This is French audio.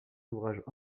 ouvrages